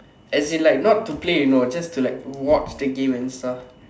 as in like not to play you know just to like watch the game and stuff